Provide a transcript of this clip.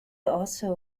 also